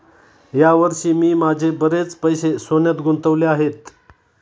या वर्षी मी माझे बरेच पैसे सोन्यात गुंतवले आहेत